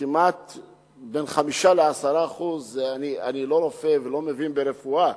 בין 5% ל-10% אני לא רופא ולא מבין ברפואה,